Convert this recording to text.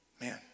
Man